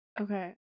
okay